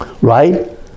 right